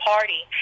Party